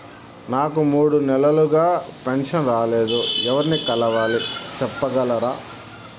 నాకు మూడు నెలలుగా పెన్షన్ రాలేదు ఎవర్ని కలవాలి సెప్పగలరా?